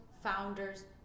founders